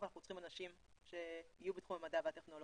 אנחנו צריכים אנשים שיהיו בתחום המדע והטכנולוגיה.